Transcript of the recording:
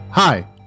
Hi